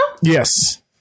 Yes